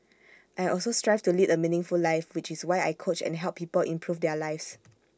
I also strive to lead A meaningful life which is why I coach and help people improve their lives